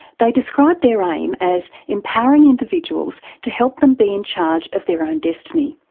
they described their aim as empowering individuals to help them be in charge of their own destiny.